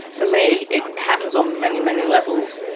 for me it happens on many, many levels,